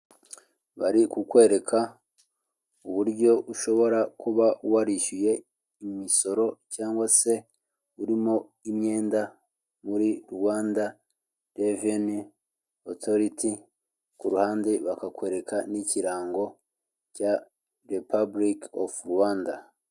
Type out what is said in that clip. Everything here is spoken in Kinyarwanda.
Bari kukwereka uburyo ushobora kuba warishyuye imisoro cyangwa se urimo imyenda muri Rwanda Revenue Authority, ku ruhande bakakwereka n'ikirango cya Repubulika y'u Rwanda.